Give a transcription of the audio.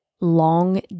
long